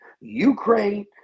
Ukraine